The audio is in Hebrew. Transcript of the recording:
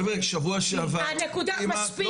חבר'ה, שבוע שעבר, הנקודה, מספיק.